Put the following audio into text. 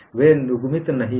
वे युग्मित नहीं हैं